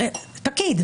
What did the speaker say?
פקיד,